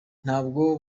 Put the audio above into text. ntabwo